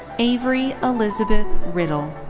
avery elizabeth riddle.